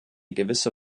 gewisse